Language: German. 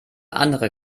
andere